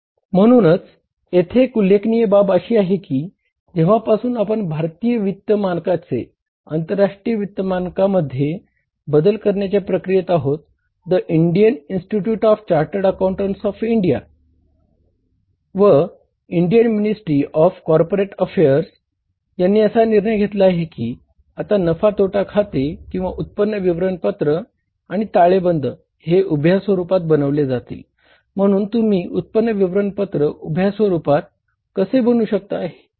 म्हणूनच येथे एक उल्लेखनीय बाब अशी आहे कि जेंव्हा पासून आपण भारतीय वित्तीय मानकचे कसे बनवू शकता हे तुम्हाला इथे शिकवत आहे